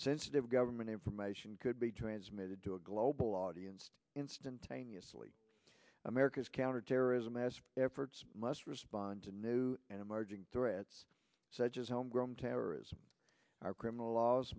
sensitive government information could be transmitted to a global audience instantaneously america's counterterrorism mass efforts must respond to new and emerging threats such as homegrown terrorism our criminal laws